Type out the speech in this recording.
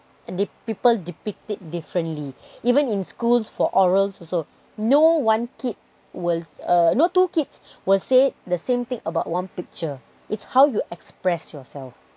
and the people depict it differently even in schools for orals also no one kid will no two kids will say the same thing about one picture it's how you express yourself